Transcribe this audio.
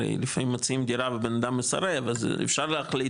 הרי לפעמים מציעים דירה ובנאדם מסרב אז אפשר להחליט